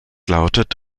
lautet